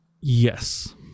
yes